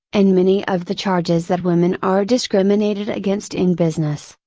and many of the charges that women are discriminated against in business,